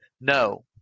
No